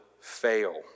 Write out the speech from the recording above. fail